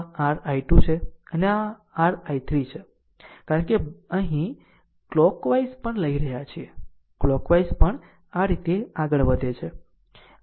તો આ r I2 છે અને આ r I3 છે કારણ કે અહીં ક્લોક વાઈઝ પણ લઈ રહ્યા છે ક્લોક વાઇઝ પણ આ રીતે આગળ વધે છે